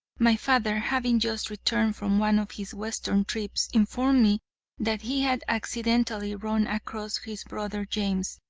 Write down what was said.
my father, having just returned from one of his western trips, informed me that he had accidentally run across his brother james,